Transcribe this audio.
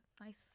nice